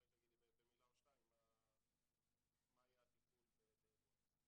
אולי תגידי במילה או שתיים מה יהיה הטיפול באירוע כזה.